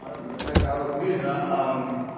ah looks like i was mudra um,